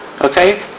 okay